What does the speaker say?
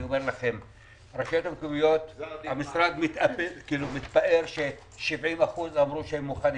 המשרד מתפאר ש-70% אמרו שהם מוכנים.